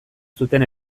zuten